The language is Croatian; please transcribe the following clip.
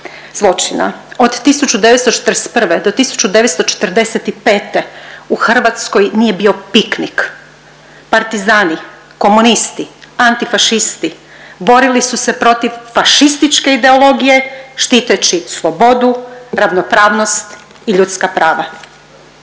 zločina. Od 1941. do 1945. u Hrvatskoj nije bio piknik. Partizani, komunisti, antifašisti, borili su se protiv fašističke ideologije, štiteći slobodu, ravnopravnost i ljudska prava.